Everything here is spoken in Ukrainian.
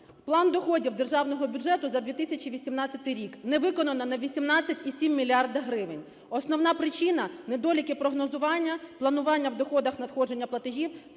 План доходів державного бюджету за 2018 рік не виконано на 18,7 мільярда гривень. Основна причина: недоліки прогнозування, планування в доходах надходження платежів,